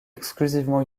exclusivement